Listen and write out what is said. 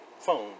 phone